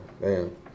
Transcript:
Man